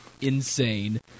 insane